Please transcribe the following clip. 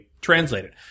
Translated